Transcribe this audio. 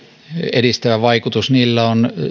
edistävä vaikutus niillä on